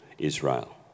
Israel